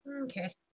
Okay